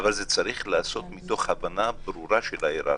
אבל זה צריך להיעשות מתוך הבנה ברורה של ההיררכיה.